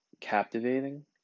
captivating